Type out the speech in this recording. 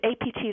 APT